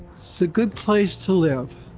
it's a good place to live.